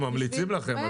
הם ממליצים לכם.